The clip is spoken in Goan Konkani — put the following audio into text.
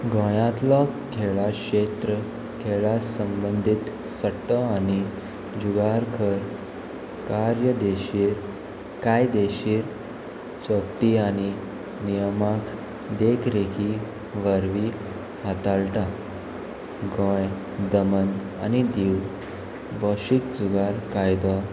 गोंयांतलो खेळा क्षेत्र खेळा संबंदीत सट्टो आनी जुगार कर कार्य देशीर कायदेशील चोपटी आनी नियमाक देखरेखीक वरवीं हाताळटा गोंय दमन आनी दीव भौशीक जुगार कायदो